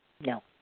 No